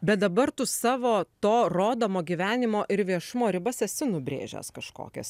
bet dabar tu savo to rodomo gyvenimo ir viešumo ribas esi nubrėžęs kažkokias